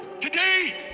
Today